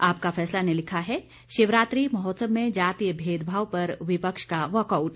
आपका फैसला ने लिखा है शिवरात्रि महोत्सव में जातीय भेदभाव पर विपक्ष का वॉकआउट